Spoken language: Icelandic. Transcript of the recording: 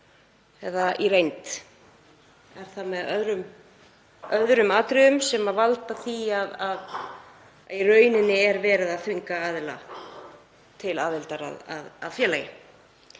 eða í reynd. Er það, með öðrum atriðum, sem veldur því að í raun er verið að þvinga aðila til aðildar að félagi.